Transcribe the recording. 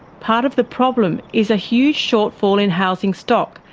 part of the problem is a huge shortfall in housing stock,